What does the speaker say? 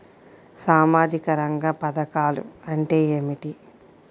సామాజిక రంగ పధకాలు అంటే ఏమిటీ?